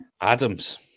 Adams